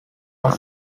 are